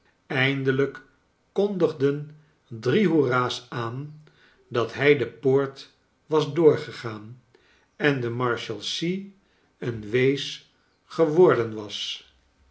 eindelijk kondigden drie hoera's aan dat hij de poort was doorgegaan en de marshalsea een wees geworden was